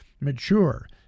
mature